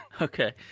Okay